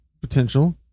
potential